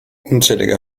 unzählige